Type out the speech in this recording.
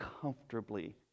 comfortably